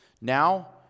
Now